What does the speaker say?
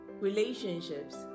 Relationships